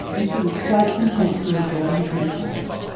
and she was quite content to enjoy his mayflowers.